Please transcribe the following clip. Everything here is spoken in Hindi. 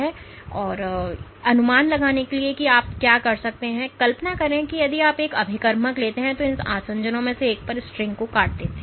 तो यह अनुमान लगाने के लिए कि आप क्या कर सकते हैं कल्पना करें यदि आप एक अभिकर्मक लेते हैं जो इन आसंजनों में से एक पर स्ट्रिंग को काट देता है